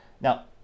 Now